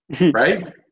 right